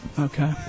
Okay